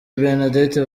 bernadette